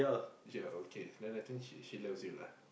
ya okay then I think she she loves you lah